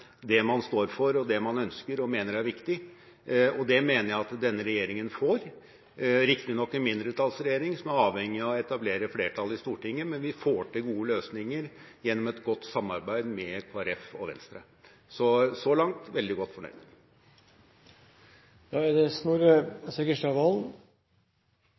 det man står for, og det man ønsker og mener er viktig, og det mener jeg at denne regjeringen får, riktignok en mindretallsregjering som er avhengig av å etablere flertall i Stortinget, men vi får til gode løsninger gjennom et godt samarbeid med Kristelig Folkeparti og Venstre. Så så langt er jeg veldig godt fornøyd. Jeg er